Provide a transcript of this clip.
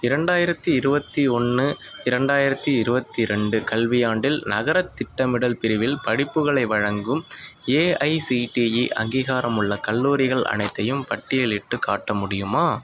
இரண்டாயிரத்து இருபத்தி ஒன்று இரண்டாயிரத்து இருபத்தி ரெண்டு கல்வியாண்டில் நகரத் திட்டமிடல் பிரிவில் படிப்புகளை வழங்கும் ஏஐசிடிஇ அங்கீகாரமுள்ள கல்லூரிகள் அனைத்தையும் பட்டியலிட்டுக் காட்ட முடியுமா